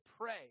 pray